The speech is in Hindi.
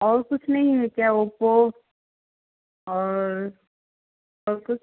और कुछ नहीं है क्या ओप्पो और और कुछ